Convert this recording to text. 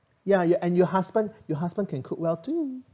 ya you and your husband your husband can cook well too